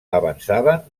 avançaven